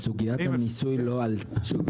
סוגיית המיסוי לא עלתה.